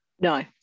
No